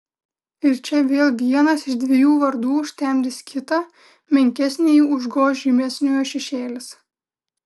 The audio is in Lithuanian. ir čia vėl vienas iš dviejų vardų užtemdys kitą menkesnįjį užgoš žymesniojo šešėlis